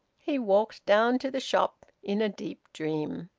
he walked down to the shop in a deep dream.